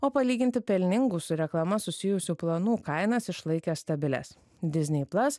o palyginti pelningų su reklama susijusių planų kainas išlaikė stabilias disney plus